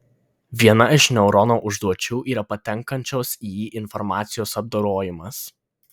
viena iš neurono užduočių yra patenkančios į jį informacijos apdorojimas